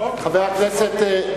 חבר הכנסת,